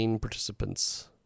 participants